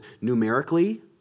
numerically